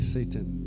Satan